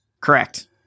Correct